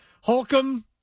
Holcomb